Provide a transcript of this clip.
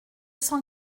cent